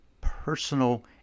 personal